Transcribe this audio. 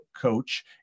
coach